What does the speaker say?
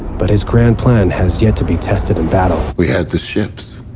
but his grand plan has yet to be tested in battle. we had the ships,